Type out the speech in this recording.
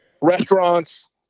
restaurants